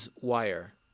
Wire